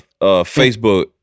Facebook